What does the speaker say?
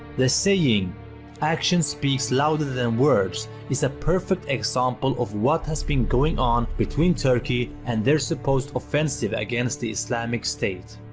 the saying action speaks louder than words is a perfect example of what has been going on between turkey and their supposed offensive against the islamic state.